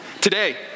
today